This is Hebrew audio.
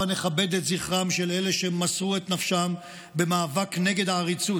הבה נכבד את זכרם של אלה שמסרו את נפשם במאבק נגד העריצות,